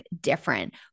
different